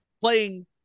Playing